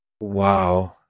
Wow